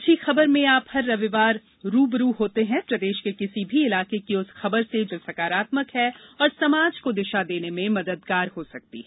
अच्छी खबर में आप हर रविवार रू ब रू होते हैं प्रदेश के किसी भी इलाके की उस खबर से जो सकारात्मक है और समाज को दिशा देने में मददगार हो सकती है